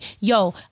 yo